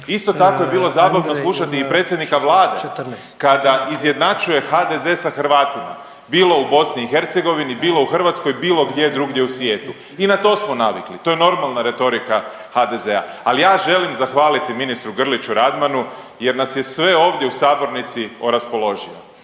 Isto tako je bilo zabavno slušati i predsjednika vlada kada izjednačuje HDZ sa Hrvatima, bilo u BiH, bilo u Hrvatskoj, bilo gdje drugdje u svijetu. I na to smo navikli, to je normalna retorika HDZ-a. Ali ja želim zahvaliti ministru Grliću Radmanu jer nas je sve ovdje u sabornici oraspoložio.